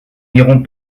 n’irons